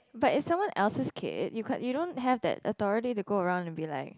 but it's someone else's kid you can't you don't have that authority to go around and be like